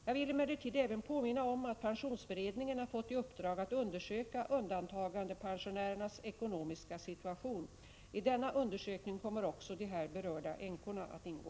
Jag vill emellertid även påminna om att pensionsberedningen har fått i uppdrag att undersöka undantagandepensionärernas ekonomiska situation. I denna undersökning kommer också de här berörda änkorna att ingå.